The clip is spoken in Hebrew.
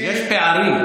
יש פערים,